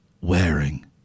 wearing